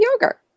yogurt